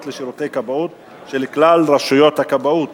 לשירותי כבאות של כלל רשויות הכבאות,